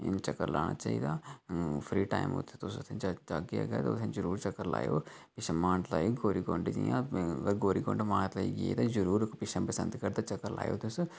चक्कर लाना चाहिदा फ्री टाइम उत्थै तुस जाह्गे तां उत्थै जरूर चक्कर लाएओ इत्थै मानतलाई गौरी कुंड जि'यां गौरी कुंड मानतलाई गे ते जरूर पिच्छें डुड्डू बसंतगढ़ जरुर तक्कर लाएओ तुस